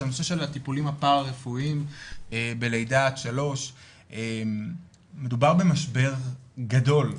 זה נושא של הטיפולים הפרא רפואיים בלידה עד 3. מדובר במשבר גדול,